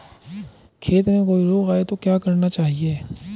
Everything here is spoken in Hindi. खेत में कोई रोग आये तो क्या करना चाहिए?